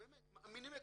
באמת, מאמינים לכולם.